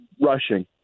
rushing